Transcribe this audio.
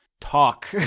talk